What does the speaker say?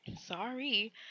sorry